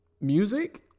music